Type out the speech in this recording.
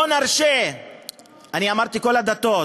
לא נרשה, אמרתי, כל הדתות.